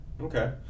okay